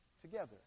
together